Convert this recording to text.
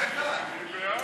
גוף מבוקר),